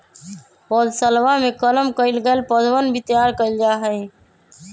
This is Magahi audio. पौधशलवा में कलम कइल गैल पौधवन भी तैयार कइल जाहई